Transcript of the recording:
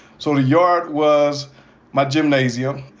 so the yard was my gymnasium.